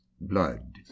blood